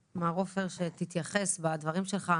מאחוריו כי גם זה היה אז באירוע שרופאים אמרו: סליחה,